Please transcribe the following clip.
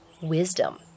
wisdom